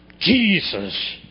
Jesus